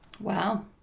Wow